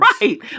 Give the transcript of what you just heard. Right